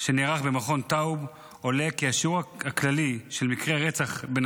במכון טאוב עולה כי השיעור הכללי של מקרי רצח בין